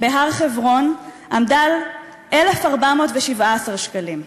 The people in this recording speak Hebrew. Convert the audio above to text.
בהר-חברון עמדה על 1,417 שקלים.